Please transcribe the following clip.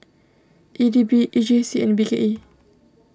E D B E J C and B K E